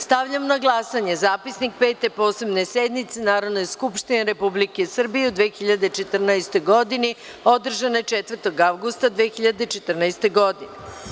Stavljam na glasanje Zapisnik Pete posebne sednice Narodne skupštine Republike Srbije u 2014. godini, održane 4. avgusta 2014. godine.